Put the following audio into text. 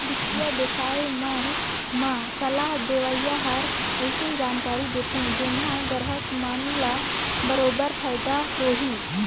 बित्तीय बिसय मन म सलाह देवइया हर अइसन जानकारी देथे जेम्हा गराहक मन ल बरोबर फायदा होही